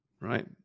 Right